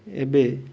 ଏବେ